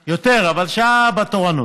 יותר, אבל שעה בתורנות,